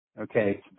Okay